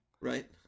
Right